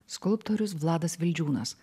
skulptorius vladas vildžiūnas